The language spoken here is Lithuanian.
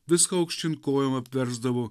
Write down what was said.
viską aukštyn kojom apversdavo